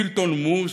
הילטון מוס,